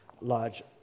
large